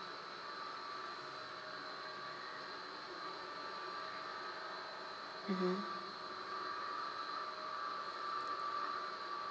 mmhmm